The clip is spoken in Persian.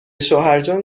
شوهرجان